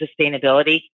sustainability